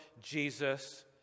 Jesus